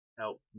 help